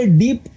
deep